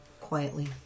Quietly